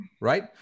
right